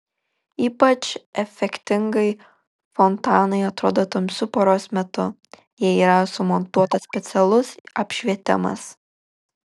ypač efektingai fontanai atrodo tamsiu paros metu jei yra sumontuotas specialus apšvietimas